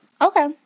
Okay